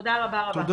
תודה רבה רבה.